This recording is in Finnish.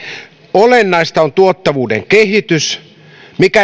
olennaista on tuottavuuden kehitys joka